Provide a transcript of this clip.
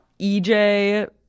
EJ